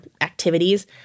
activities